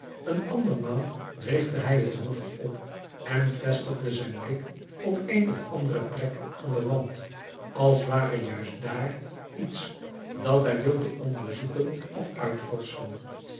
een andermaal richtte hij het hoofd op en vestigde zijn blik op een of andere plek van den wand als ware juist dàar iets dat hij wilde onderzoeken of